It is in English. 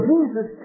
Jesus